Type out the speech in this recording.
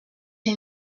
est